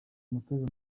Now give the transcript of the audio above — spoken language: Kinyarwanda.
umutoza